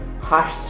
harsh